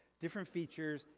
different features.